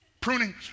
Pruning